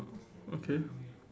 okay